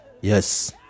yes